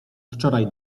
wczoraj